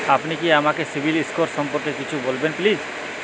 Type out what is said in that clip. আপনি কি আমাকে সিবিল স্কোর সম্পর্কে কিছু বলবেন প্লিজ?